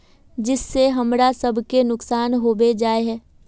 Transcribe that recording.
जिस से हमरा सब के नुकसान होबे जाय है?